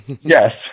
Yes